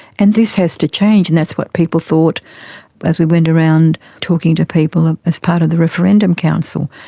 and this has to change. and that's what people people thought as we went around talking to people and as part of the referendum council.